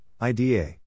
IDA